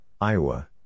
Iowa